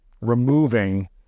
removing